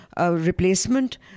replacement